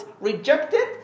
rejected